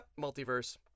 multiverse